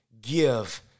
give